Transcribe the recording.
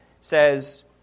says